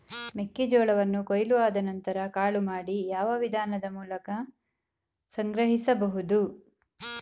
ಮೆಕ್ಕೆ ಜೋಳವನ್ನು ಕೊಯ್ಲು ಆದ ನಂತರ ಕಾಳು ಮಾಡಿ ಯಾವ ವಿಧಾನದ ಮೂಲಕ ಸಂಗ್ರಹಿಸಬಹುದು?